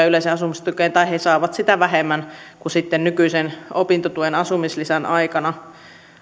yleiseen asumistukeen tai he saavat sitä vähemmän kuin nykyisen opintotuen asumislisän aikana